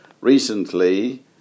recently